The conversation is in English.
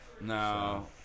no